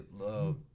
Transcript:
love